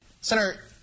Senator